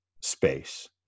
space